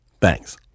Thanks